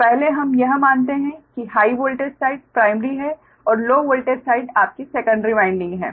तो पहले हम यह मानते है कि हाइ वोल्टेज साइड प्राइमरी है और लो वोल्टेज साइड आपकी सेकंडरी वाइंडिंग है